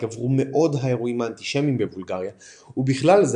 גברו מאוד האירועים האנטישמיים בבולגריה ובכלל זה